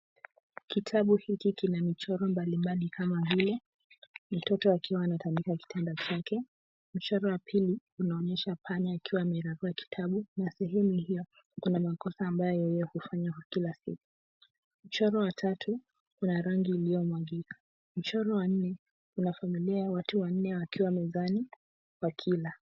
Kitabu hiki kina michoro mbalimbali kama vile, mtoto akiwa anatandika kitanda chake, mchoro wa pili inaonyesha panya akiwa amerarua kitabu na sehemu hiyo kuna makosa ambayo yeye hufanya kila siku, mchoro wa tatu ni wa rangi iliyomwagika, mchoro wa nne una familia ya watu wanne wakiwa mezani wakila.